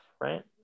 right